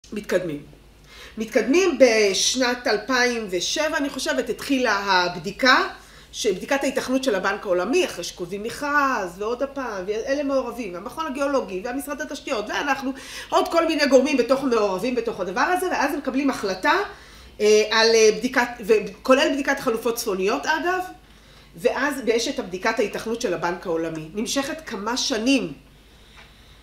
מתקדמים. מתקדמים בשנת 2007, אני חושבת, התחילה הבדיקה של בדיקת ההתכנות של הבנק העולמי, אחרי שכותבים מכרז ועוד פעם ואלה מעורבים, המכון הגיאולוגי והמשרד התשתיות ואנחנו עוד כל מיני גורמים בתוך מעורבים בתוך הדבר הזה ואז הם מקבלים החלטה על בדיקת, וכולל בדיקת חלופות צפוניות אגב, ואז ויש את הבדיקת ההתכנות של הבנק העולמי. נמשכת כמה שנים